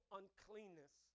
uncleanness